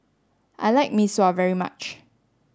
I like Mee Sua very much